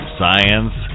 science